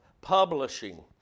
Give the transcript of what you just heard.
publishing